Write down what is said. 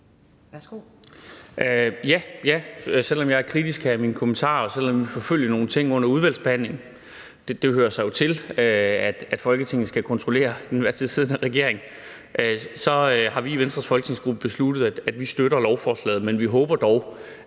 Ja. Selv om jeg er kritisk gennem mine kommentarer, og selv om vi vil forfølge nogle ting under udvalgsbehandlingen – det hører sig jo til, at Folketinget skal kontrollere den til enhver tid siddende regering – har vi i Venstres folketingsgruppe besluttet, at vi støtter lovforslaget. Men vi håber dog,